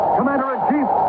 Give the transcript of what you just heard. Commander-in-Chief